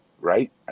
right